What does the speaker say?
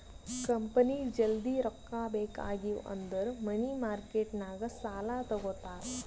ಕಂಪನಿಗ್ ಜಲ್ದಿ ರೊಕ್ಕಾ ಬೇಕ್ ಆಗಿವ್ ಅಂದುರ್ ಮನಿ ಮಾರ್ಕೆಟ್ ನಾಗ್ ಸಾಲಾ ತಗೋತಾರ್